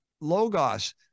logos